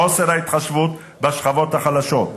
חוסר ההתחשבות בשכבות החלשות,